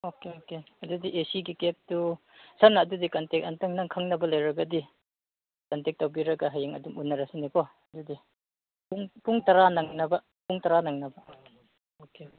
okay okay ꯑꯗꯨꯗꯤ ꯑꯦ ꯁꯤꯒꯤ ꯀꯦꯞꯇꯨ ꯁꯥꯔꯅ ꯑꯗꯨꯗꯤ ꯀꯟꯇꯦꯛ ꯑꯝꯇꯪ ꯅꯪ ꯈꯪꯅꯕ ꯂꯩꯔꯒꯗꯤ ꯀꯟꯇꯦꯛ ꯇꯧꯕꯤꯔꯒ ꯍꯌꯦꯡ ꯑꯗꯨꯝ ꯎꯟꯅꯔꯁꯤꯅꯦ ꯀꯣ ꯑꯗꯨꯗꯤ ꯄꯨꯡ ꯄꯨꯡ ꯇꯔꯥ ꯅꯪꯅꯕ ꯄꯨꯡ ꯇꯔꯥ ꯅꯪꯅꯕ ꯑꯣꯀꯦ